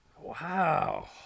Wow